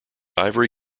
ivory